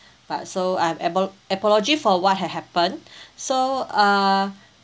but so I apo~ apology for what had happened so err